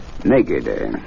Naked